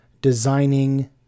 designing